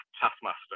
taskmaster